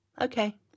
Okay